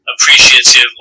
appreciative